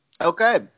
Okay